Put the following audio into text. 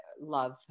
love